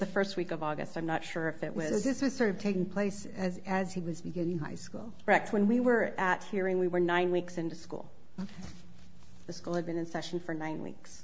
the first week of august i'm not sure if it was this was sort of taking place as as he was getting high school rex when we were at hearing we were nine weeks into school the school had been in session for nine weeks